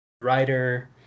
writer